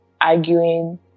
arguing